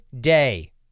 Day